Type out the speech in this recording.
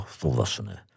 volwassenen